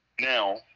Now